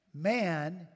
Man